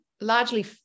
largely